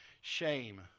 Shame